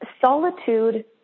solitude